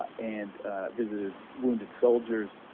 and visited wounded soldiers.